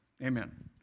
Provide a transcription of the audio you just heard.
Amen